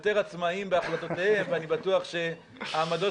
יותר עצמאיים בהחלטותיהם ואני בטוח שהעמדות